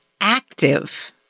active